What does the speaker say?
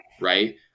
right